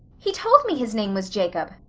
he told me his name was jacob,